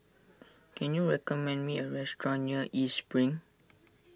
can you recommend me a restaurant near East Spring